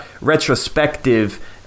retrospective